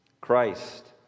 Christ